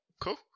cool